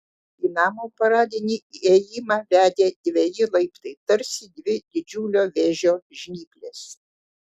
į namo paradinį įėjimą vedė dveji laiptai tarsi dvi didžiulio vėžio žnyplės